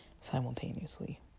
simultaneously